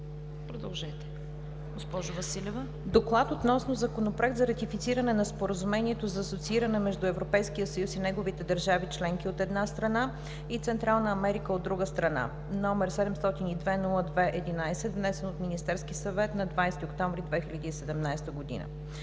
европейските фондове разгледа Законопроект за ратифициране на Споразумението за асоцииране между Европейския съюз и неговите държави членки, от една страна, и Централна Америка, от друга страна, № 702-02-11, внесен от Министерския съвет на 20 октомври 2017 г.